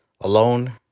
alone